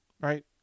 Right